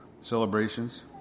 celebrations